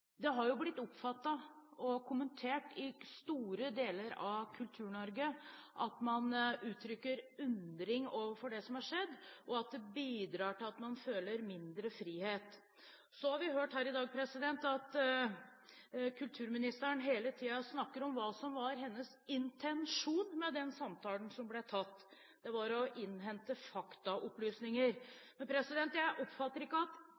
har blitt oppfattet og kommentert i store deler av Kultur-Norge slik at man uttrykker undring overfor det som har skjedd, og at det bidrar til at man føler mindre frihet. Så har vi hørt her i dag at kulturministeren hele tiden snakker om hva som var hennes intensjon med den samtalen som ble tatt – det var å innhente faktaopplysninger. Jeg antar at